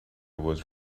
was